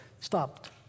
stopped